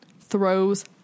throws